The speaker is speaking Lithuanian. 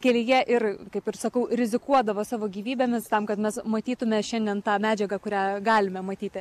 kelyje ir kaip ir sakau rizikuodavo savo gyvybėmis tam kad mes matytume šiandien tą medžiagą kurią galime matyti